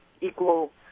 equal